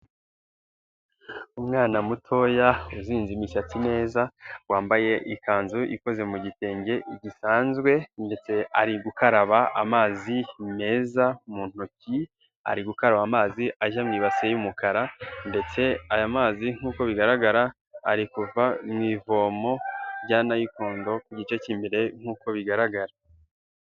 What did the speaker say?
Umwana mutoya uzinze imisatsi neza, wambaye ikanzu ikoze mu gitenge gisanzwe ndetse ari gukaraba amazi meza mu ntoki, ari gukaraba amazi ajya mu ibasi y'umukara, ndetse aya mazi nkuko bigaragara ari kuva mu ivomo rya nayikondo ku gice cy'imbere nk'uko bigaragara.